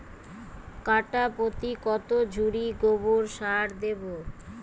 কাঠাপ্রতি কত ঝুড়ি গোবর সার দেবো?